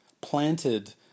planted